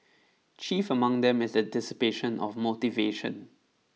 chief among them is a dissipation of motivation